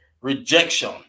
rejection